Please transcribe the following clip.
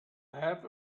heap